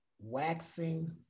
waxing